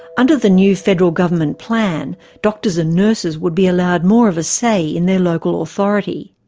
under the new federal government plan, doctors and nurses would be allowed more of a say in their local authority.